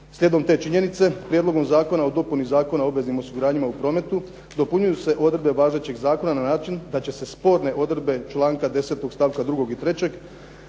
Slijedom te činjenice Prijedlogom zakona o dopuni Zakona o obveznim osiguranjima u prometu dopunjuju se odredbe važećeg zakona na način da će se sporne odredbe članka 10. stavka 2. i 3.